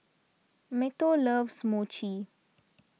Matteo loves Mochi